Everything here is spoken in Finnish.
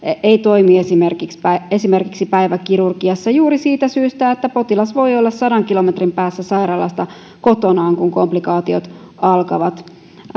ei toimi esimerkiksi esimerkiksi päiväkirurgiassa juuri siitä syystä että potilas voi olla sadan kilometrin päässä sairaalasta kotonaan kun komplikaatiot alkavat